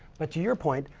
but to your point,